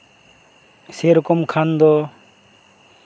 ᱥᱮᱨᱚᱠᱚᱢ ᱠᱷᱟᱱᱫᱚ